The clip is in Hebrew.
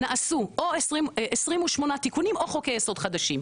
נעשו או 28 תיקונים או חוקי יסוד חדשים,